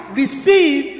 receive